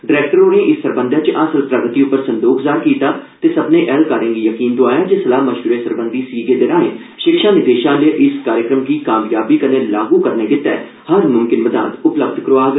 director होरें इस सरबंधै च हासल प्रगति र संदोख जाहर कीता ते सब्भर्ने ऐहलकारें गी यकीन दोआया जे सलाह मश्वरे सरबंधी सीगे दे राएं षिक्षा निदेशालय इस कार्यक्रम गी कामयाबी कन्नै लागू करने गितै हर म्मकिन मदाद उ लब्ध करोआग